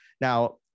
Now